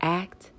act